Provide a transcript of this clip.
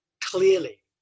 clearly